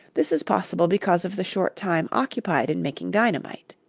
this is possible because of the short time occupied in making dynamite.